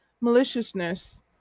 maliciousness